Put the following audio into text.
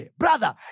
brother